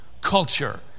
culture